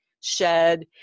shed